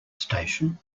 station